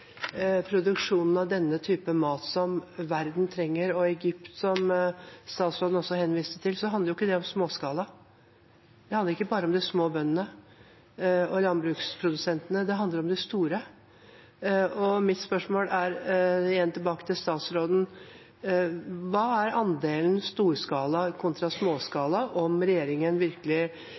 produksjonen av denne type mat, som verden trenger, og i forhold til Egypt, som statsråden også henviste til, handler jo ikke det om småskala. Det handler ikke bare om de små bøndene og landbruksprodusentene, det handler om de store. Mitt spørsmål er igjen, tilbake til statsråden: Hva er andelen storskala kontra småskala om regjeringen virkelig